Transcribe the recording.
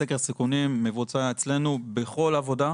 סקר סיכונים מבוצע אצלנו בכל עבודה,